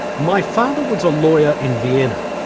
my father was a lawyer in vienna,